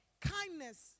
kindness